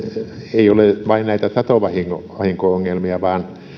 ei ole vain näitä satovahinko ongelmia vaan